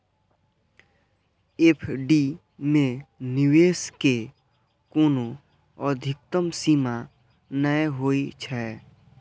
FD मे निवेश के कोनो अधिकतम सीमा नै होइ छै